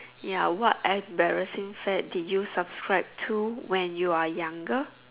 ya what embarrassing fad did you subscribed to when you are younger